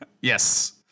Yes